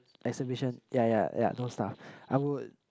exhibitions yeah yeah yeah those stuff I would